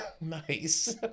nice